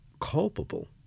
culpable